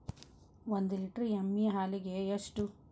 ಒಂದು ಲೇಟರ್ ಎಮ್ಮಿ ಹಾಲಿಗೆ ಎಷ್ಟು?